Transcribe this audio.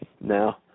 Now